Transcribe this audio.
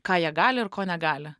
ką jie gali ir ko negali